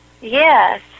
Yes